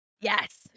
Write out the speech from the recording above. Yes